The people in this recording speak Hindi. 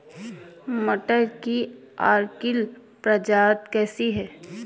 मटर की अर्किल प्रजाति कैसी है?